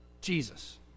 Jesus